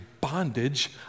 bondage